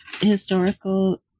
historical